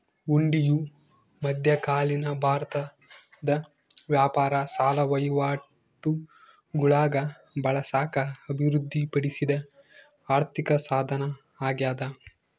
ಹುಂಡಿಯು ಮಧ್ಯಕಾಲೀನ ಭಾರತದ ವ್ಯಾಪಾರ ಸಾಲ ವಹಿವಾಟುಗುಳಾಗ ಬಳಸಾಕ ಅಭಿವೃದ್ಧಿಪಡಿಸಿದ ಆರ್ಥಿಕಸಾಧನ ಅಗ್ಯಾದ